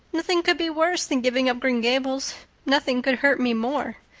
nothing could be worse than giving up green gables nothing could hurt me more.